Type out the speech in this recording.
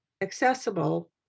accessible